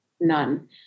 None